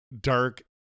dark